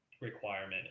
requirement